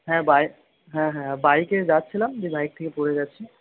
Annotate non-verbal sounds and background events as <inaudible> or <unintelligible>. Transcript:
হ্যাঁ <unintelligible> হ্যাঁ হ্যাঁ বাইকে যাচ্ছিলাম দিয়ে বাইক থেকে পড়ে গেছি